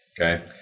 Okay